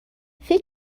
فکر